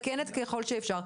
מתקנת ככל שאפשר.